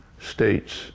states